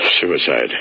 Suicide